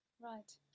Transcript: right